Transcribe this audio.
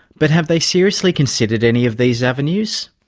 but have they seriously considered any of these avenues?